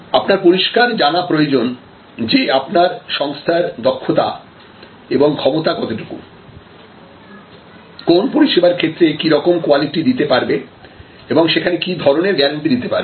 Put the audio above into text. আপনার পরিষ্কার জানা প্রয়োজন যে আপনার সংস্থার দক্ষতা এবং ক্ষমতা কতটুকু কোন পরিষেবার ক্ষেত্রে কিরকম কোয়ালিটি দিতে পারবে এবং সেখানে কি ধরনের গ্যারেন্টি দিতে পারবে